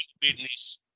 business